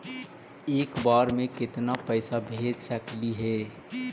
एक बार मे केतना पैसा भेज सकली हे?